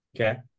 Okay